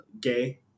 gay